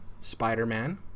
Spider-Man